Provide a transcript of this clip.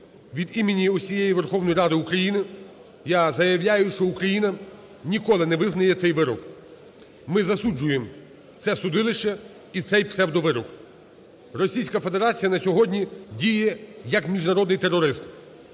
Від імені всієї Верховної Ради України я заявляю, що Україна ніколи не визнає цей вирок. Ми засуджуємо це судилище і цей псевдовирок. Російська Федерація на сьогодні діє, як міжнародний терорист.